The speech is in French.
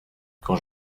quand